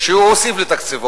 שהוא הוסיף לתקציבו,